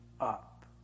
up